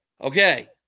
Okay